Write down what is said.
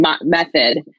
method